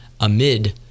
amid